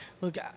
Look